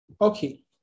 okay